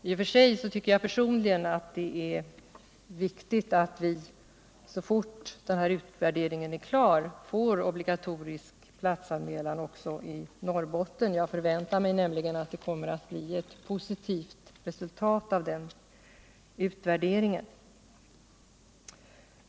I och för sig tycker jag personligen att det är viktigt att vi så fort utvärderingen blir klar får en obligatorisk platsanmälan också i Norrbotten. Jag förväntar mig nämligen att det kommer att bli ett positivt resultat av den utvärderingen.